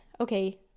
okay